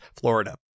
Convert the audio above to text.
Florida